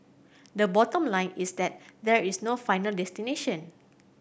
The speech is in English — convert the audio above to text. the bottom line is that there is no final destination